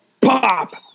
Pop